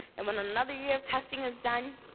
and when another year of testing is done,